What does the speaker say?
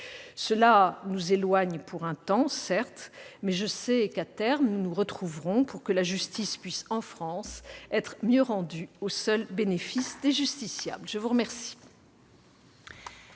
Cela nous éloigne, certes, pour un temps, mais je sais qu'à terme nous nous retrouverons pour que la justice puisse, en France, être mieux rendue au seul bénéfice des justiciables. La parole